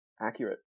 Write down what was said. accurate